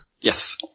yes